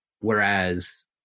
whereas